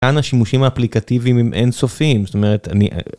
כאן השימושים האפליקטיביים הם אינסופיים זאת אומרת אני